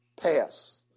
pass